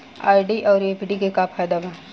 RD आउर FD के का फायदा बा?